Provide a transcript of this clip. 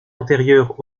antérieures